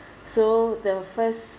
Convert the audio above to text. so the first